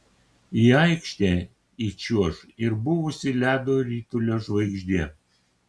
į aikštę įčiuoš ir buvusi ledo ritulio žvaigždė